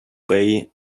bay